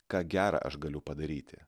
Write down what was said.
ką gera aš galiu padaryti